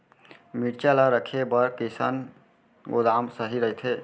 मिरचा ला रखे बर कईसना गोदाम सही रइथे?